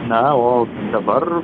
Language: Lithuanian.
na o dabar